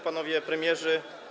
Panowie Premierzy!